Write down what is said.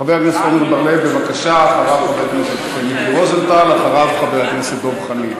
חבר הכנסת עמר